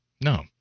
no